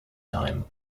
time